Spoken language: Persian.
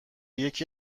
یکی